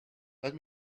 let